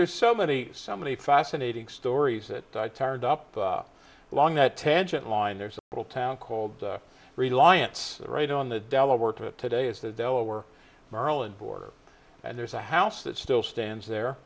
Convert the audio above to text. there's so many so many fascinating stories that i tired up along that tangent line there's a pool town called reliance right on the delaware today it's the delaware maryland border and there's a house that still stands there